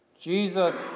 Jesus